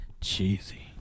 cheesy